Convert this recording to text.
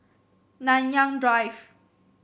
Nanyang Drive